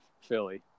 Philly